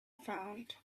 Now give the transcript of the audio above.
found